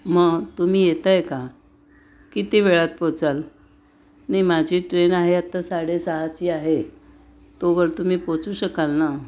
मग तुम्ही येता आहे का किती वेळात पोचाल नाही माझी ट्रेन आहे आत्ता साडेसहाची आहे तोवर तुम्ही पोहोचू शकाल ना